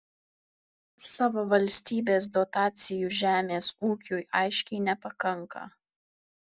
savo valstybės dotacijų žemės ūkiui aiškiai nepakanka